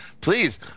please